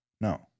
No